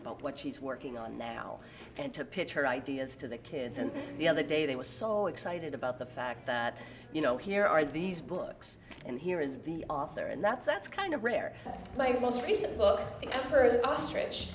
about what she's working on now and to pitch her ideas to the kids and the other day they were so excited about the fact that you know here are these books and here is the author and that's that's kind of rare air play the most recent book the first ostrich